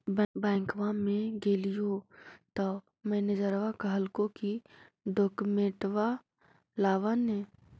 बैंकवा मे गेलिओ तौ मैनेजरवा कहलको कि डोकमेनटवा लाव ने?